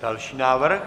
Další návrh?